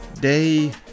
day